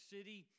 City